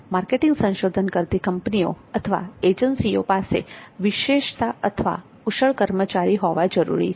marketing સંશોધન કરતી કંપનીઓ અથવા એજન્સીઓ પાસે વિશેષતા તથા કુશળ કર્મચારીઓ હોવા જરૂરી છે